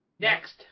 Next